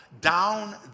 down